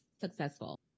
successful